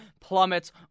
plummets